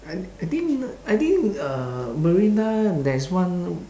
I I think I think uh marina there's one